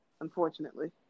unfortunately